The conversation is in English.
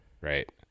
right